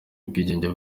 ubwigenge